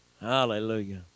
Hallelujah